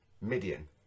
Midian